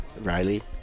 Riley